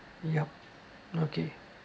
yup okay